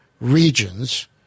regions